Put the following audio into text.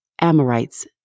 Amorites